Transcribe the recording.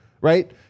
right